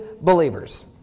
believers